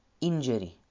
injury